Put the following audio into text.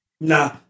Nah